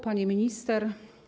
Pani Minister!